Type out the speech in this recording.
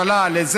בעיה.